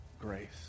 grace